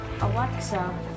Alexa